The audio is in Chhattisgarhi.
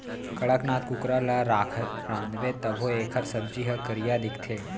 कड़कनाथ कुकरा ल रांधबे तभो एकर सब्जी ह करिया दिखथे